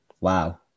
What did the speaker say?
wow